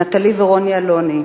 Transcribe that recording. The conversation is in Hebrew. נטלי ורוני אלוני,